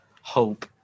hope